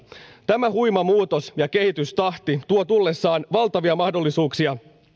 tämä huima muutos ja kehitystahti tuo tullessaan valtavia mahdollisuuksia